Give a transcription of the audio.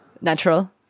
Natural